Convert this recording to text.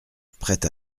prête